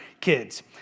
kids